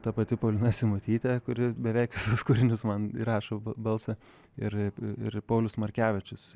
ta pati paulina simutytė kuri beveik visus kūrinius man įrašo balsas ir ir paulius markevičius